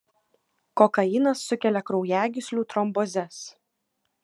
kokainas sukelia kraujagyslių trombozes